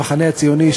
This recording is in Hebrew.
המחנה הציוני,